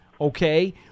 okay